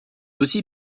aussi